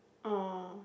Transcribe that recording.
oh